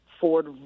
Ford